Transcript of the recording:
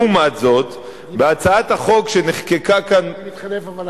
לעומת זאת, בהצעת החוק שנחקקה כאן אני מתחלף.